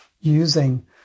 using